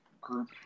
group